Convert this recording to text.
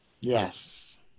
Yes